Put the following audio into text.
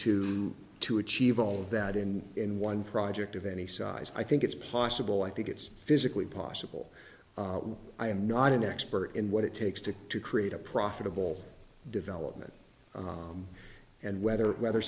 to to achieve all that in in one project of any size i think it's possible i think it's physically possible i am not an expert in what it takes to to create a profitable development and whether whether